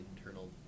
internal